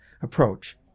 approach